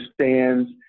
understands